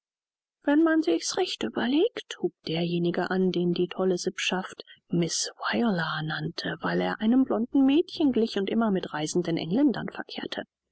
wenn man sich's recht überlegt hub derjenige an den die tolle sippschaft miß viola nannte weil er einem blonden mädchen glich und immer mit reisenden engländern verkehrte